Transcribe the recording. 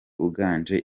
uganje